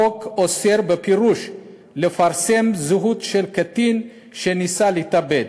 החוק אוסר בפירוש לפרסם זהות של קטין שניסה להתאבד.